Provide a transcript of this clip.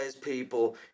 people